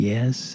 Yes